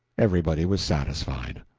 everybody was satisfied.